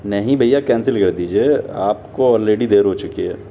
نہیں بھیا کینسل کر دیجیے آپ کو آلریڈی دیر ہو چکی ہے